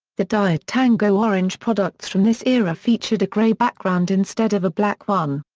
the diet tango orange products from this era featured a grey background instead of a black one.